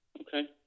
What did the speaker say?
Okay